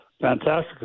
Fantastic